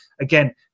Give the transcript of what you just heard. Again